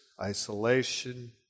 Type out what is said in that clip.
isolation